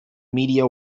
media